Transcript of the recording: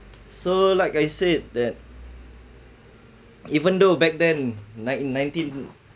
so like I said that even though back then nine~ nineteen